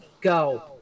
go